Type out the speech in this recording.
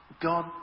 God